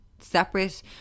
Separate